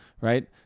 right